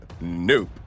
nope